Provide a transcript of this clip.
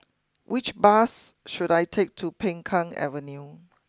which bus should I take to Peng Kang Avenue